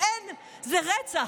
זה רצח.